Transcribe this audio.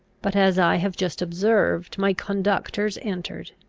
but, as i have just observed, my conductors entered,